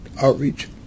outreach